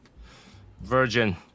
virgin